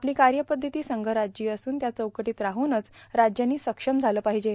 आपलो कायपध्दती संघराज्यीय असून त्या चौकटीत राहूनच राज्यांनी सक्षम झालं पाहिजे